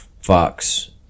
Fox